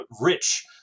rich